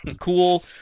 cool